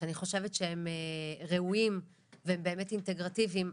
שאני חושבת שהם ראויים והם באמת אינטגרטיביים,